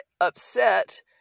upset